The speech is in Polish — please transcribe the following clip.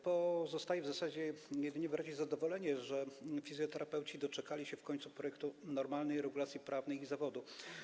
Pozostaje w zasadzie jedynie wyrazić zadowolenie, że fizjoterapeuci doczekali się w końcu projektu normalnej regulacji prawnej ich zawodu.